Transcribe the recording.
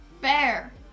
Fair